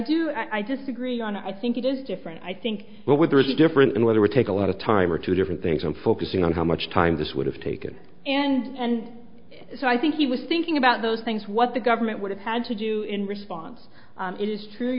do i disagree on i think it is different i think but with there is a difference in whether we take a lot of time or two different things and focusing on how much time this would have taken and so i think he was thinking about those things what the government would have had to do in response it is true